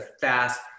fast